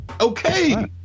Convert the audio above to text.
Okay